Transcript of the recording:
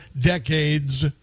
decades